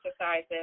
exercises